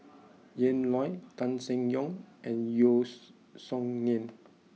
Ian Loy Tan Seng Yong and Yeo Song Nian